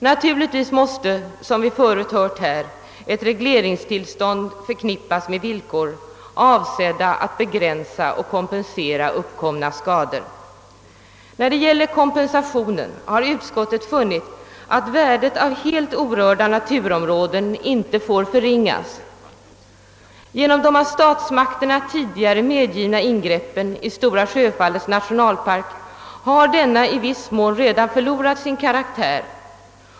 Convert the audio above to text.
Som vi tidigare hört måste naturligtvis ett regleringstillstånd förknippas med villkor avsedda att begränsa och kompensera uppkomna skador. I fråga om kompensationen har utskottet framhållit att värdet av helt orörda naturområden inte får förringas. Genom de av statsmakterna tidigare medgivna ingreppen i Stora Sjöfallets nationalpark har denna i viss mån redan förlorat sin karaktär.